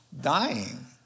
dying